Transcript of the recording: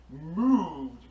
moved